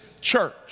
church